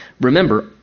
remember